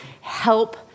help